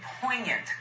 poignant